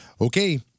Okay